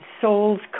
soul's